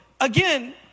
again